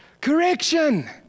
Correction